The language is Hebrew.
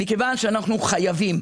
מכיוון שאנחנו חייבים,